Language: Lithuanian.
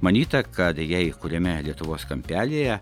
manyta kad jei kuriame lietuvos kampelyje